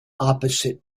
opposite